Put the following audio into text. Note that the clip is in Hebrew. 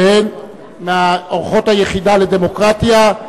שהן אורחות היחידה לדמוקרטיה,